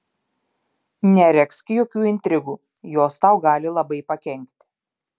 neregzk jokių intrigų jos tau gali labai pakenkti